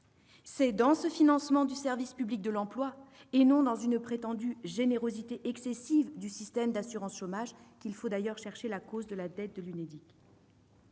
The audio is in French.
C'est dans ce financement du service public de l'emploi et non dans une prétendue générosité excessive du système d'assurance chômage qu'il faut chercher la cause de la dette de l'Unédic.